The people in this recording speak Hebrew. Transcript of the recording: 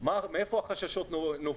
מאיפה נובעים החששות.